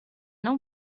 não